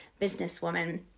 businesswoman